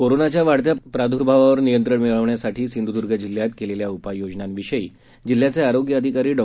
कोरोनाच्या वाढत्या प्रादुर्भावार नियंत्रण मिळवण्यासाठी सिंधुदुर्ग जिल्ह्यात केलेल्या उपाययोजनांविषयी जिल्ह्याचे आरोग्य अधिकारी डॉ